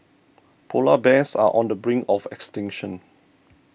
Polar Bears are on the brink of extinction